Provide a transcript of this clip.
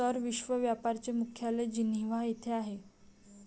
sir, विश्व व्यापार चे मुख्यालय जिनिव्हा येथे आहे